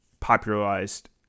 popularized